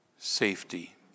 safety